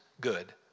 good